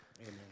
amen